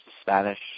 Spanish